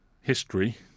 history